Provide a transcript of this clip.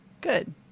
Good